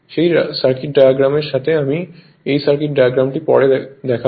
সেই সার্কিট ডায়াগ্রামের সাথে আমি এই সার্কিট ডায়াগ্রামটি পরে দেখাবো